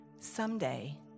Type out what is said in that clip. someday